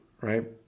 right